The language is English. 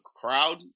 crowd